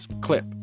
Clip